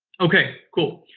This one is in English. okay. cool.